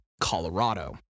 Colorado